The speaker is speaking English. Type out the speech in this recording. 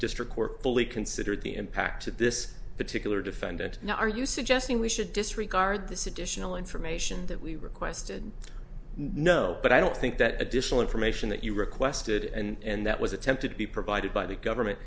court fully considered the impact of this particular defendant now are you suggesting we should disregard this additional information that we requested no but i don't think that additional information that you requested and and that was attempted to be provided by the government